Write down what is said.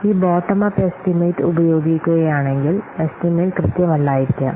ഈ bottom up estimate ഉപയോഗിക്കുകയാണെങ്കിൽ estimate കൃത്യമല്ലായിരിക്കാം